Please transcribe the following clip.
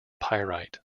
pyrite